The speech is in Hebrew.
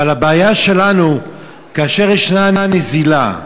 אבל הבעיה שלנו, כאשר יש נזילה,